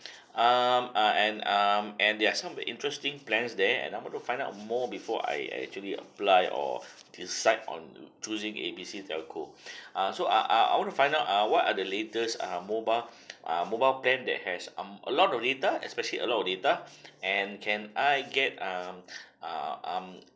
um err and um and there are some interesting plans there and I'm going to find out more before I I actually apply or decide on choosing A B C telco ah so ah ah I want to find out ah what are the latest ah mobile ah mobile plan that has um a lot of data especially a lot of data and can I get um ah um